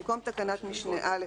במקום תקנת משנה (א),